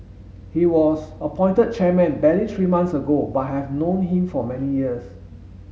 he was appointed chairman barely three months ago but I have known him for many years